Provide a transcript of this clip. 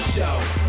Show